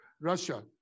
Russia